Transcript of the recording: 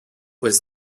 was